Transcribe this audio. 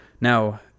Now